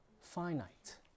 finite